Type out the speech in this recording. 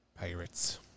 pirates